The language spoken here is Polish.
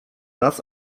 raz